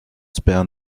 spare